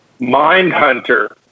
Mindhunter